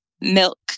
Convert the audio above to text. milk